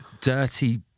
dirty